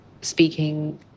speaking